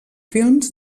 films